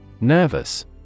Nervous